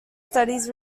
studies